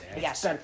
yes